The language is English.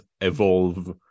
evolve